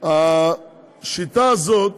השיטה הזאת